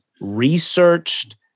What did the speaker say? researched